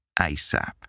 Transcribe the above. ASAP